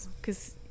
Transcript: because-